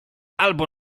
albo